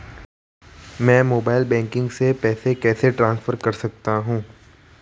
मैं mobile banking से पैसे कैसे ट्रांसफर कर सकता हूं?